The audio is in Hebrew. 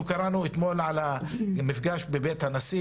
אנחנו קראנו אתמול על המפגש בבית הנשיא